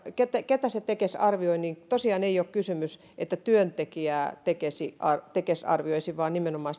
ketä ketä tekes arvioi tosiaan ei ole kysymys siitä että työntekijää tekes arvioisi vaan nimenomaan